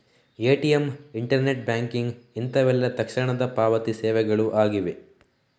ATM, internet banking ಇಂತವೆಲ್ಲ ತಕ್ಷಣದ ಪಾವತಿ ಸೇವೆಗಳು ಆಗಿವೆ